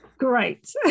Great